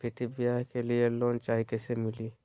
बेटी ब्याह के लिए लोन चाही, कैसे मिली?